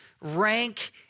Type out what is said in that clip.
rank